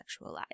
sexualized